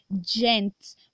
gents